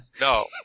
No